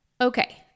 Okay